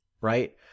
Right